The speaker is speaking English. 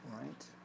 right